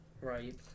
right